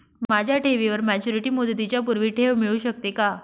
माझ्या ठेवीवर मॅच्युरिटी मुदतीच्या पूर्वी ठेव मिळू शकते का?